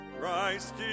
Christ